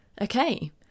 okay